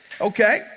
Okay